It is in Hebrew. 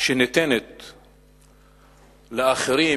שניתנת לאחרים,